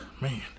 man